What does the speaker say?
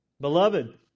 Beloved